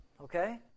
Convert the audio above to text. Okay